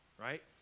right